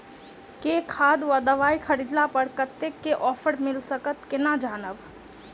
केँ खाद वा दवाई खरीदला पर कतेक केँ ऑफर मिलत केना जानब?